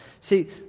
See